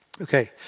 Okay